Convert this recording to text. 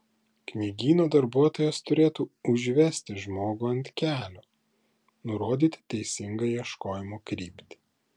knygyno darbuotojas turėtų užvesti žmogų ant kelio nurodyti teisingą ieškojimo kryptį